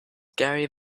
gary